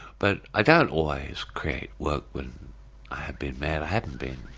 but i don't always create work when i have been mad, i haven't been